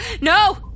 No